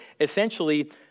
essentially